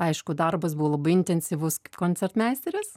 aišku darbas buvo labai intensyvus koncertmeisterės